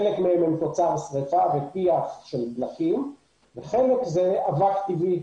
חלק מהם הם תוצאה משריפה ופיח של דלקים וחלק הוא אבק טבעי.